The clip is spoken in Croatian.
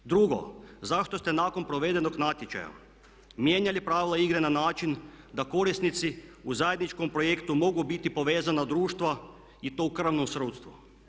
Drugo, zašto ste nakon provedenog natječaja mijenjali prava igre na način da korisnici u zajedničkom projektu mogu biti povezana društva i to u krvnom srodstvu.